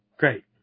Great